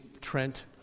Trent